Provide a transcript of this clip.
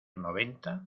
noventa